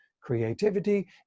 creativity